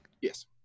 yes